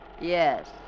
Yes